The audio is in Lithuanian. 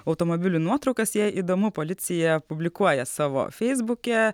automobilių nuotraukas jei įdomu policija publikuoja savo feisbuke